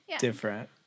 Different